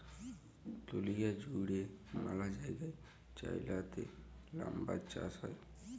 দুঁলিয়া জুইড়ে ম্যালা জায়গায় চাইলাতে লাম্বার চাষ হ্যয়